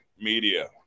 media